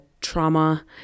trauma